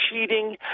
cheating